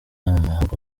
amahugurwa